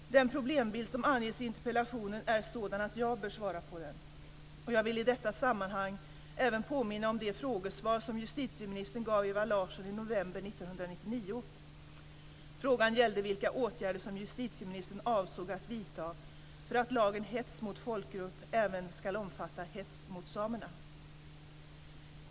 Den problembild som anges i interpellationen är sådan att jag bör svara på den. Jag vill i detta sammanhang även påminna om det frågesvar som justitieministern gav Ewa Larsson i november 1999. Frågan gällde vilka åtgärder som justitieministern avsåg att vidta för att lagen om hets mot folkgrupp även ska omfatta hets mot samerna.